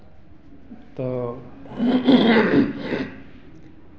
तो